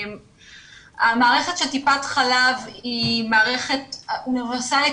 מערכת טיפת החלב היא מערכת אוניברסלית